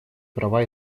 права